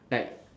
like